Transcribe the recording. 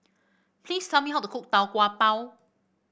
please tell me how to cook Tau Kwa Pau